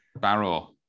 Barrow